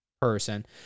person